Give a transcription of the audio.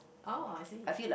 oh I see